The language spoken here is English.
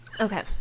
Okay